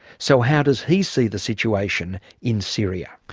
so how does he see the situation in syria?